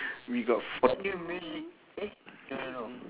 we got fort~